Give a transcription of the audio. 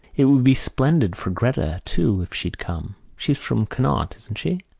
it would be splendid for gretta too if she'd come. she's from connacht, isn't she?